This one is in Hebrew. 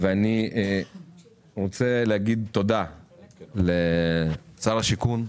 ואני רוצה להגיד תודה לשר השיכון,